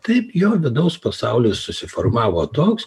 taip jo vidaus pasaulis susiformavo toks